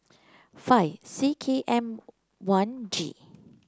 five C K M one G